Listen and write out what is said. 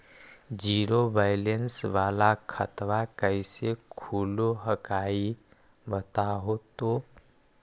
Zero balance वाला खतवा कैसे खुलो हकाई बताहो तो?